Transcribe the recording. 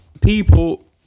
People